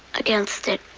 against it.